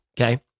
okay